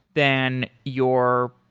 then your,